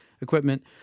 equipment